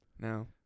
No